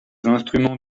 instruments